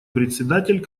председатель